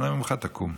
אנא ממך תקום.